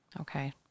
Okay